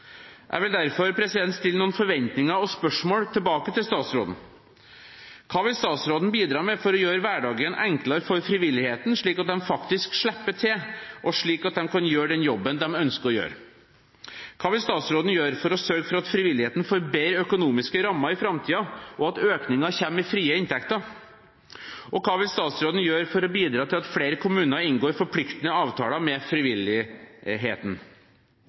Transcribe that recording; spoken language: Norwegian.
Jeg vil derfor gi uttrykk for noen forventninger og stille noen spørsmål tilbake til statsråden: Hva vil statsråden bidra med for å gjøre hverdagen enklere for frivilligheten, slik at de faktisk slipper til, og slik at de kan gjøre den jobben de ønsker å gjøre? Hva vil statsråden gjøre for å sørge at frivilligheten får bedre økonomiske rammer i framtiden, og at økningen kommer som frie inntekter? Hva vil statsråden gjøre for å bidra til at flere kommuner inngår forpliktende avtaler med frivilligheten?